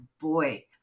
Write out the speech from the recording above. boy